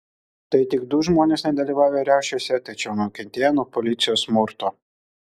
tai tik du žmonės nedalyvavę riaušėse tačiau nukentėję nuo policijos smurto